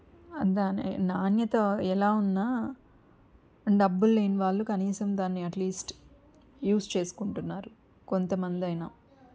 దాని నాణ్యత ఎలా ఉన్నా డబ్బుళ్ళేని వాళ్ళు కనీసం దాన్ని అట్లీస్ట్ యూస్ చేసుకుంటున్నారు కొంతమందైనా